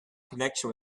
connection